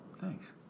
Thanks